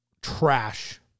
trash